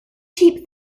cheap